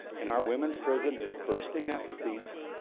and our women's prison is bursting at the seams